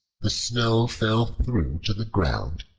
the snow fell through to the ground,